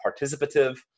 participative